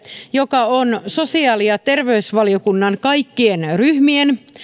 joka on sosiaali ja terveysvaliokunnan kaikkien ryhmien ja